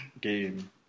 game